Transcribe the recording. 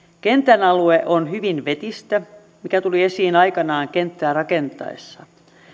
kentän alue on hyvin vetistä mikä tuli esiin aikanaan kenttää rakennettaessa